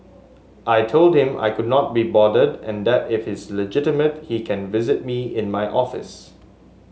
I told him I could not be bothered and that if he's legitimate he can visit me in my office